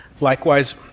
Likewise